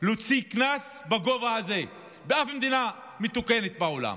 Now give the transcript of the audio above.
להוציא קנס בגובה הזה באף מדינה מתוקנת בעולם.